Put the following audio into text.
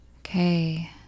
Okay